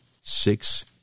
six